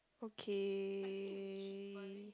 okay